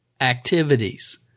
activities